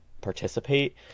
participate